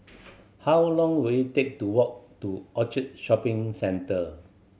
how long will it take to walk to Orchard Shopping Centre